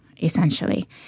essentially